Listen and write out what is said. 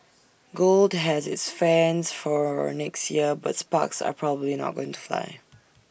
gold has its fans for next year but sparks are probably not going to fly